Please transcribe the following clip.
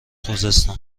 خوزستان